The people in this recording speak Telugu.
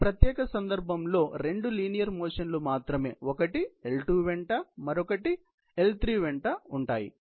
ఈ ప్రత్యేక సందర్భంలో రెండు లీనియర్ మోషన్లు మాత్రమే ఒకటి L2 వెంట మరొకటి L3 వెంట ఉంటాయి